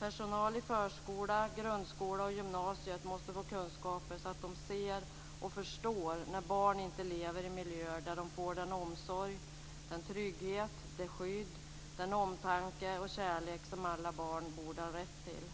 Personal i förskola, grundskola och gymnasieskola måste få kunskaper så att de ser och förstår när barn inte lever i miljöer där de får den omsorg, den trygghet, det skydd, den omtanke och den kärlek som alla barn borde ha rätt till.